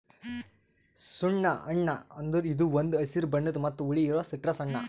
ಸುಣ್ಣ ಹಣ್ಣ ಅಂದುರ್ ಇದು ಒಂದ್ ಹಸಿರು ಬಣ್ಣದ್ ಮತ್ತ ಹುಳಿ ಇರೋ ಸಿಟ್ರಸ್ ಹಣ್ಣ